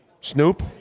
Snoop